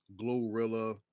Glorilla